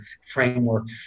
framework